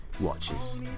watches